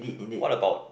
what about